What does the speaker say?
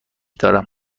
دارم